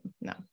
no